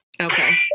Okay